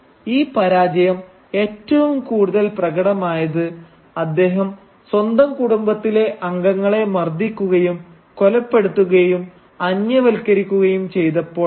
ഈ പരാജയം ഏറ്റവും കൂടുതൽ പ്രകടമായത് അദ്ദേഹം സ്വന്തം കുടുംബത്തിലെ അംഗങ്ങളെ മർദ്ധിക്കുകയും കൊലപ്പെടുത്തുകയും അന്യ വൽക്കരിക്കുകയും ചെയ്തപ്പോളാണ്